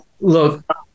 look